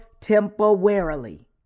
temporarily